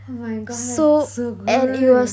oh my god so cool